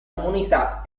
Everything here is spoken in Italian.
comunità